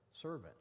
servant